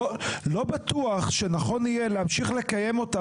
לא בטוח שנכון יהיה להמשיך לקיים אותה